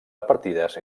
repartides